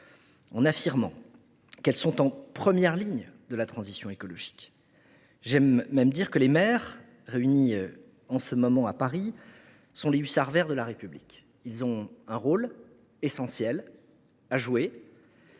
en affirmant qu’elles sont en première ligne de la transition écologique. J’aime même dire que les maires, réunis en ce moment à Paris, sont les hussards verts de la République. Ils ont un rôle essentiel à jouer,